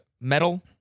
metal